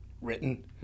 written